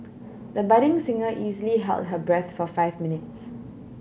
the budding singer easily held her breath for five minutes